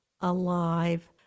alive